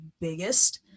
biggest